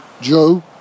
Joe